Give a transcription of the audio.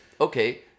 Okay